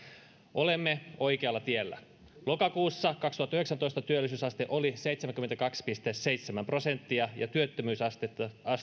olemme oikealla tiellä lokakuussa kaksituhattayhdeksäntoista työllisyysaste oli seitsemänkymmentäkaksi pilkku seitsemän prosenttia ja työttömyysaste